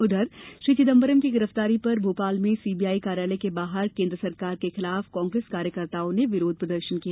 उधर श्री चिदम्बरम की गिरफ्तारी पर भोपाल में सीबीआई कार्यालय के बाहर केन्द्र सरकार के खिलाफ कांग्रेस कार्यकर्ताओं ने विरोध प्रदर्शन किया